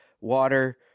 water